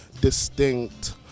distinct